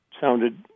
sounded